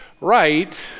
Right